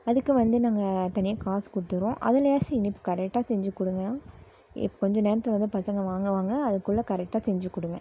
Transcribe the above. அதுக்கு வந்து நாங்கள் தனியாக காசு கொடுத்துறோம் அதுலேயாசி இனிப்பு கரெக்டாக செஞ்சுக் கொடுங்க இப் கொஞ்சம் நேரத்தில் வந்து பசங்க வாங்குவாங்க அதுக்குள்ளே கரெக்டாக செஞ்சுக் கொடுங்க